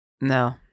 No